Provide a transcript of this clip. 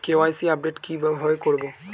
KYC update কি ভাবে করবো?